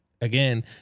again